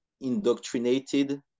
indoctrinated